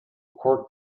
court